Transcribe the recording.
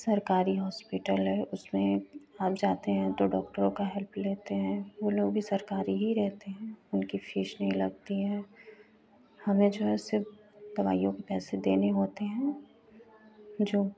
सरकारी हॉस्पिटल है उसमें आप जाते हैं तो डॉक्टरों की हेल्प लेते हैं वह लोग भी सरकारी ही रहते हैं उनकी फ़ीस नहीं लगती है हमें जो है सिर्फ़ दवाइयों के पैसे देने होते हैं जो